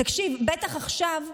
תקשיב, בטח עכשיו,